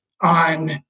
on